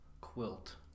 Quilt